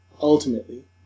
ultimately